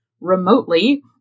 remotely